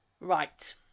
Right